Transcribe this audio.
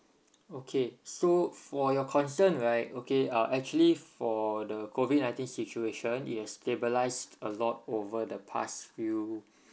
okay so for your concern right okay uh actually for the COVID nineteen situation it has stabilised a lot over the past few